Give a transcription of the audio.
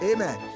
Amen